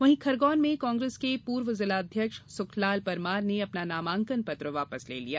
वहीं खरगोन में कांग्रेस के पूर्व जिलाध्यक्ष सुखलाल परमार ने अपना नामांकन पत्र वापस ले लिया